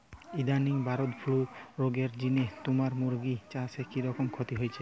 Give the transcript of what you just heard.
ইদানিং bird flu রগের জিনে তুমার মুরগি চাষে কিরকম ক্ষতি হইচে?